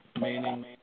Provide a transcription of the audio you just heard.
Meaning